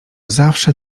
zawsze